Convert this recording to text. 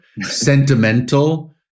sentimental